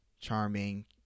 charming